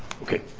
okay,